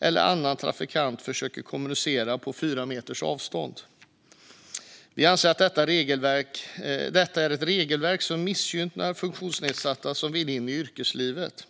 eller annan trafikant försöker kommunicera på fyra meters avstånd. Vi anser att detta är ett regelverk som missgynnar funktionsnedsatta som vill in i yrkeslivet.